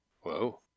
Whoa